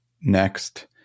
next